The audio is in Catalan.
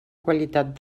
qualitat